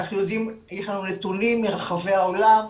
יש לנו נתונים מרחבי העולם,